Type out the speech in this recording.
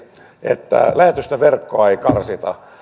että lähetystöverkkoa ei karsita